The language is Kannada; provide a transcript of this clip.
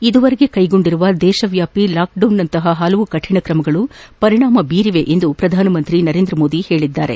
ಇದುವರೆಗೆ ಕೈಗೊಂಡಿರುವ ದೇಶವ್ವಾಪಿ ಲಾಕ್ಡೌನ್ನಂತಹ ಪಲವು ಕಠಿಣ ಕ್ರಮಗಳು ಪರಿಣಾಮ ಬೀರಿವೆ ಎಂದು ಪ್ರಧಾನ ಮಂತ್ರಿ ನರೇಂದ್ರ ಮೋದಿ ಹೇಳಿದ್ದಾರೆ